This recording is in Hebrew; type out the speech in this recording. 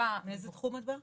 מאיזה תחום את באה?